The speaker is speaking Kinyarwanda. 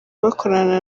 bakorana